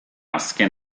azken